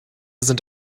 sind